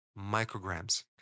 micrograms